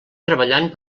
treballant